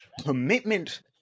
commitment